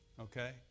Okay